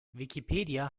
wikipedia